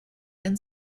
and